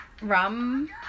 Rum